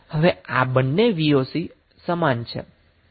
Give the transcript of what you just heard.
હવે આ બંને voc સમાન છે